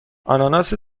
آناناس